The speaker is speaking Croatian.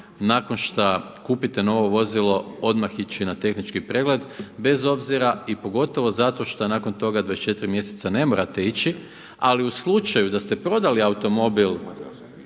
nakon šta kupite novo vozilo odmah ići na tehnički pregled, bez obzira i pogotovo što zato šta nakon toga 24 mjeseca ne morate ići. Ali u slučaju da ste prodali automobil